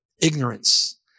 ignorance